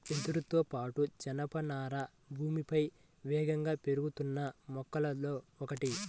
వెదురుతో పాటు, జనపనార భూమిపై వేగంగా పెరుగుతున్న మొక్కలలో ఒకటి